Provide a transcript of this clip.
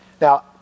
Now